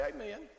amen